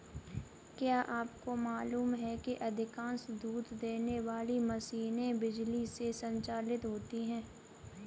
क्या आपको मालूम है कि अधिकांश दूध देने वाली मशीनें बिजली से संचालित होती हैं?